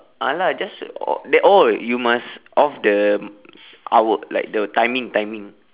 ah lah just o~ the oh you must off the hour like the timing timing